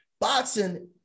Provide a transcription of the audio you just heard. Boxing